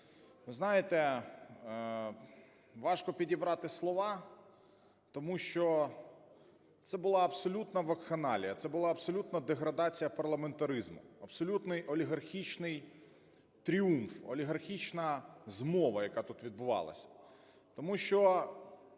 Ви знаєте, важко підібрати слова, тому що це була абсолютна вакханалія, це була абсолютна деградація парламентаризму, абсолютний олігархічний тріумф, олігархічна змова, яка тут відбувалася.